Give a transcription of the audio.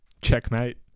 Checkmate